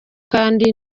kandi